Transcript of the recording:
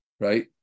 right